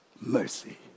mercy